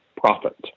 profit